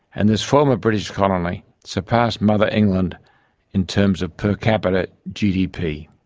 and this former british colony surpassed mother england in terms of per capita gdp.